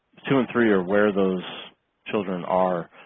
two and three or where those children are